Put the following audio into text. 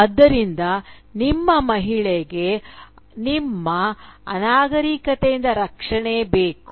ಆದ್ದರಿಂದ ನಿಮ್ಮ ಮಹಿಳೆಗೆ ನಿಮ್ಮ ಅನಾಗರಿಕತೆಯಿಂದ ರಕ್ಷಣೆ ಬೇಕು